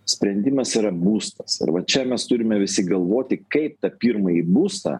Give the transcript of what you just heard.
sprendimas yra būstas ir va čia mes turime visi galvoti kaip tą pirmąjį būstą